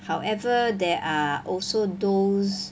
however there are also those